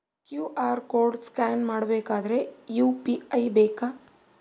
QR code scan ಮಾಡಬೇಕಾದರೆ UPI ಬೇಕಾ?